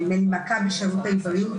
נדמה לי מכבי שירותי בריאות,